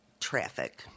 traffic